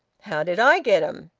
how did i get em?